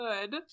good